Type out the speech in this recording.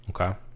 Okay